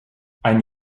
ein